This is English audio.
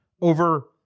over